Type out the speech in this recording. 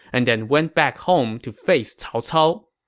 and then went back home to face cao cao.